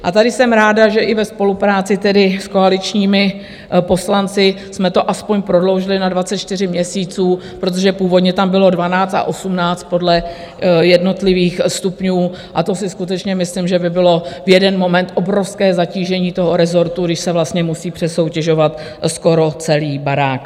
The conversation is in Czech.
A tady jsem ráda, že i ve spolupráci tedy s koaličními poslanci jsme to aspoň prodloužili na 24 měsíců, protože původně tam bylo 12 a 18 podle jednotlivých stupňů, a to si skutečně myslím, že by bylo v jeden moment obrovské zatížení toho rezortu, když se vlastně musí přesoutěžovat skoro celý barák.